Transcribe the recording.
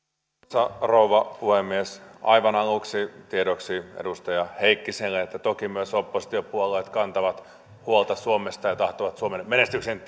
arvoisa rouva puhemies aivan aluksi tiedoksi edustaja heikkiselle että toki myös oppositiopuolueet kantavat huolta suomesta ja tahtovat suomen menestyksen